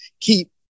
keep